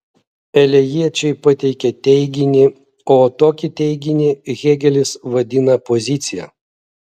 elėjiečiai pateikė teiginį o tokį teiginį hėgelis vadina pozicija